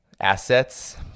assets